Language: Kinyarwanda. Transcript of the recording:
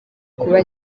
kuba